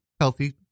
healthy